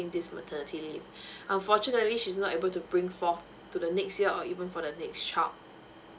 this maternity leave unfortunately she's not able to bring forth to the next year or even for the next short